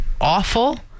awful